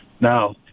Now